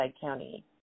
County